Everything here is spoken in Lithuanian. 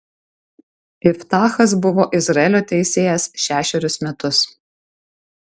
iftachas buvo izraelio teisėjas šešerius metus